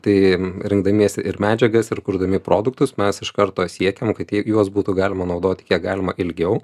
tai rinkdamiesi ir medžiagas ir kurdami produktus mes iš karto siekiam kad tiek juos būtų galima naudoti kiek galima ilgiau